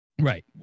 Right